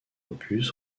opus